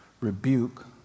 rebuke